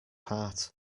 heart